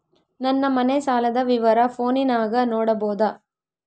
ನನ್ನ ಮನೆ ಸಾಲದ ವಿವರ ಫೋನಿನಾಗ ನೋಡಬೊದ?